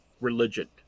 religion